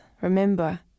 remember